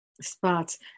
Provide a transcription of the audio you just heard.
spots